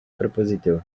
propósito